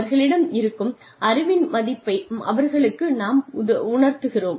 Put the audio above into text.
அவர்களிடம் இருக்கும் அறிவின் மதிப்பை அவர்களுக்கு நாம் உணர்த்துகிறோம்